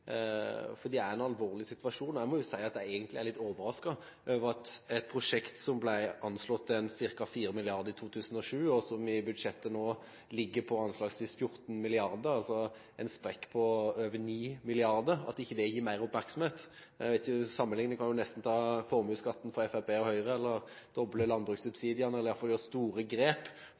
for det er en alvorlig situasjon. Jeg må si at jeg egentlig er litt overrasket over at et prosjekt som ble anslått til ca. 4 mrd. kr i 2007, og som i budsjettet nå ligger på anslagsvis 14 mrd. kr – en sprekk på over 9 mrd. kr – ikke gis mer oppmerksomhet. Til sammenlikning kan vi nesten ta formuesskatten fra Fremskrittspartiet og Høyre eller doble landbrukssubsidiene, eller i hvert fall gjøre store grep